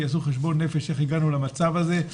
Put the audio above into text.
שיעשו חשבון נפש איך הגענו למצב הזה,